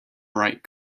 bright